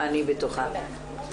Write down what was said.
אני בטוחה.